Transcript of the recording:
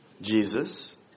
Jesus